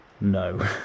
no